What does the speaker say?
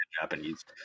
Japanese